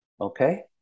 Okay